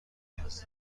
نیاز